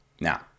Now